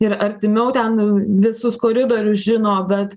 ir artimiau ten visus koridorius žino bet